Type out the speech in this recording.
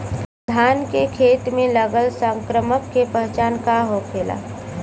धान के खेत मे लगल संक्रमण के पहचान का होखेला?